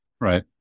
right